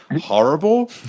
horrible